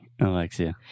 Alexia